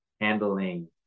handling